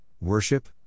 Worship